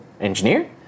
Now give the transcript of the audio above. Engineer